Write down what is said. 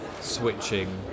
switching